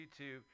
YouTube